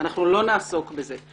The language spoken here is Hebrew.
אנחנו לא נעסוק בזה,